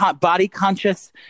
body-conscious